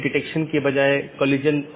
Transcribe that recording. ये IBGP हैं और बहार वाले EBGP हैं